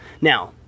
Now